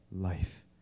life